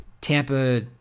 Tampa